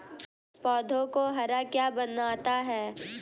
पौधों को हरा क्या बनाता है?